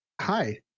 Hi